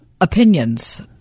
opinions